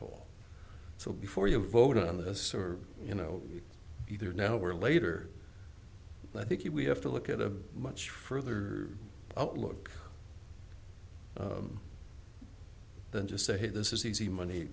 hole so before you vote on this or you know either now or later i think we have to look at a much further outlook than just say hey this is easy money